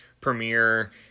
premiere